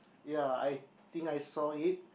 ya I think I saw it